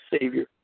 Savior